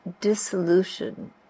dissolution